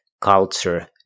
culture